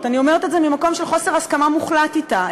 אני אומרת את זה ממקום של חוסר הסכמה מוחלט אתה,